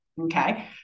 okay